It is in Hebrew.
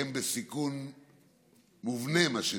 הם בסיכון מובנה, מה שנקרא.